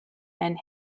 and